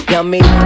Yummy